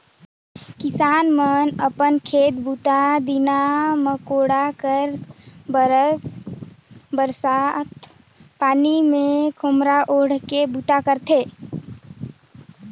किसान मन अपन खेत बूता, नीदा मकोड़ा करे बर बरसत पानी मे खोम्हरा ओएढ़ के बूता करथे